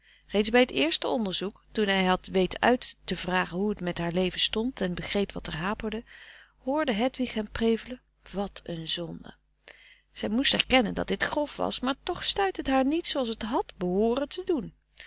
reeds bij t eerste onderzoek toen hij had weten uit te vragen hoe t met haar leven stond frederik van eeden van de koele meren des doods en begreep wat er haperde hoorde hedwig hem prevelen wat n zonde zij moest erkennen dat dit grof was maar toch stuitte het haar niet zooals t had behooren te doen